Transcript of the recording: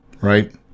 right